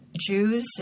Jews